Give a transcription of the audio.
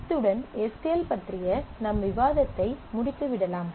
இத்துடன் S Q L பற்றிய நம் விவாதத்தை முடித்து விடலாம்